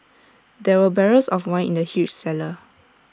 there were barrels of wine in the huge cellar